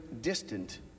distant